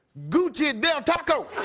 gucci del taco.